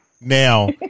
now